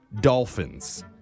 dolphins